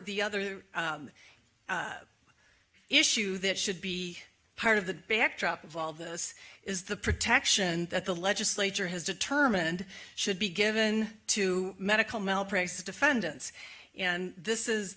the other issue that should be part of the backdrop of all this is the protection that the legislature has determined should be given to medical malpractise defendants and this is